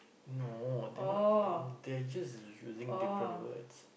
no they're not they are just using different words